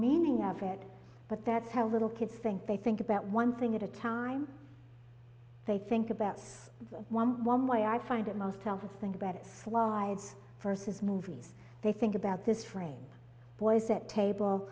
meaning of it but that's how little kids think they think about one thing at a time they think about this one way i find it most telford think about it slides versus movies they think about this frame boys at table